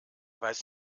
weiß